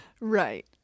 Right